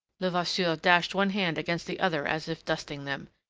levasseur dashed one hand against the other, as if dusting them.